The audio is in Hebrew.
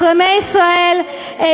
מחרימי ישראל, אתם, כובשים.